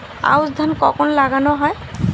আউশ ধান কখন লাগানো হয়?